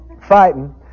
fighting